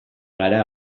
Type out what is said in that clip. gara